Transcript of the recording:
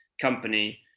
company